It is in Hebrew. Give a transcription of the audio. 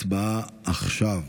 הצבעה עכשיו.